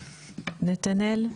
נתנאל.